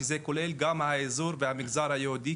שזה כולל גם האזור והמגזר היהודי,